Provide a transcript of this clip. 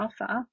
offer